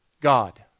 God